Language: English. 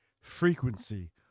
Frequency